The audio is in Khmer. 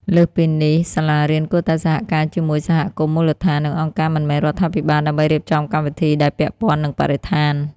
លើសពីនេះ សាលារៀនគួរតែសហការជាមួយសហគមន៍មូលដ្ឋាន និងអង្គការមិនមែនរដ្ឋាភិបាលដើម្បីរៀបចំកម្មវិធីដែលពាក់ព័ន្ធនឹងបរិស្ថាន។